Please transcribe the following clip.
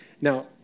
Now